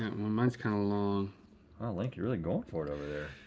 well mines kinda long. oh link, you're really going for it over there.